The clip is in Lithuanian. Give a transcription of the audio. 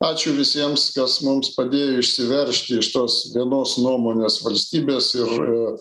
ačiū visiems kas mums padėjo išsiveržti iš tos vienos nuomonės valstybės ir